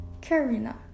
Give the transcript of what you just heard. Karina